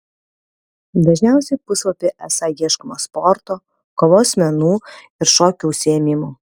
dažniausiai puslapyje esą ieškoma sporto kovos menų ir šokių užsiėmimų